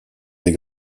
des